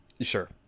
Sure